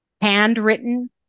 handwritten